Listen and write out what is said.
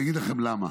אני אגיד לכם למה.